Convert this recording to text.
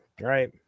Right